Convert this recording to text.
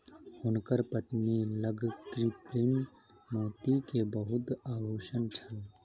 हुनकर पत्नी लग कृत्रिम मोती के बहुत आभूषण छल